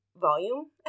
volume